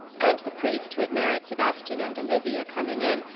and the priest who had married sebastian and olivia, coming in,